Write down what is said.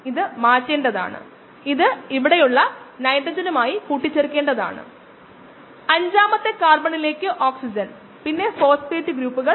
രേഖീയത നഷ്ടപ്പെടുന്നതിന് മറ്റൊരു കാരണമുണ്ട് അത് ഡിറ്റക്ടർ റേഞ്ച് മൂലമാണ്